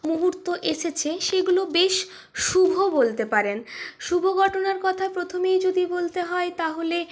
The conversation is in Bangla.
মুহূর্ত এসেছে সেগুলো বেশ শুভ বলতে পারেন শুভ ঘটনার কথা প্রথমেই যদি বলতে হয় তাহলে